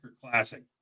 Classic